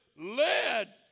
led